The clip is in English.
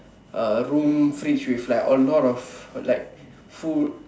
uh room fridge with like a lot of like food